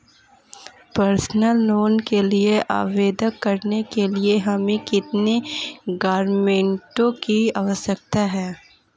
Personal loan के लिए आवेदन करने के लिए हमें कितने गारंटरों की आवश्यकता है?